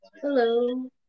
Hello